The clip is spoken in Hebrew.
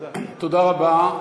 תודה רבה.